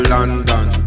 London